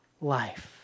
life